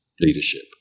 leadership